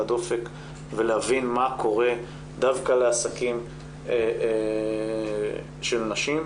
הדופק ולהבין מה קורה דווקא לעסקים של נשים.